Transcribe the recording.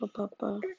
Papa